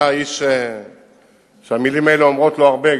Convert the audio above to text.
אתה האיש שהמלים האלה אומרות לו הרבה,